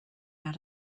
out